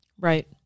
Right